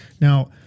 Now